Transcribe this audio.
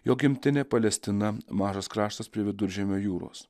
jo gimtinė palestina mažas kraštas prie viduržemio jūros